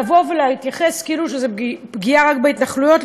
לבוא ולהתייחס כאילו זו פגיעה רק בהתנחלויות,